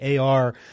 AR